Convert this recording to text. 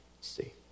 see